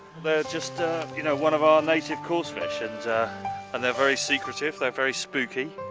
just you know one of our native course fish and and they are very secretive, they are very spooky.